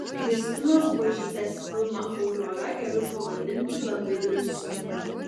kristinos buožytės filmą aurora galiu pavadinti labai drąsiu